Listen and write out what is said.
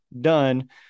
done